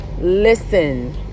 listen